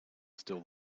still